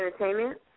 Entertainment